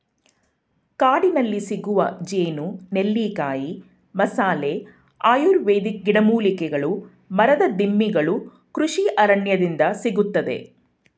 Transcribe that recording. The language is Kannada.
ಕಾಡಿನಲ್ಲಿಸಿಗುವ ಜೇನು, ನೆಲ್ಲಿಕಾಯಿ, ಮಸಾಲೆ, ಆಯುರ್ವೇದಿಕ್ ಗಿಡಮೂಲಿಕೆಗಳು ಮರದ ದಿಮ್ಮಿಗಳು ಕೃಷಿ ಅರಣ್ಯದಿಂದ ಸಿಗುತ್ತದೆ